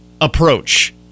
approach